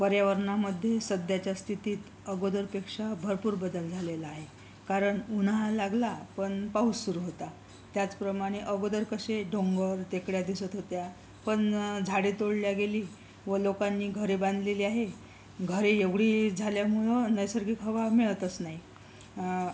पर्यावरणामध्ये सध्याच्या स्थितीत अगोदर पेक्षा भरपूर बदल झालेला आहे कारण उन्हाळा लागला पण पाऊस सुरू होता त्याचप्रमाणे अगोदर कसे डोंगर टेकड्या दिसत होत्या पण झाडे तोडल्या गेली व लोकांनी घरे बांधलेली आहे घरे एवढी झाल्यामुळे नैसर्गिक हवा मिळतच नाहीत